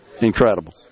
Incredible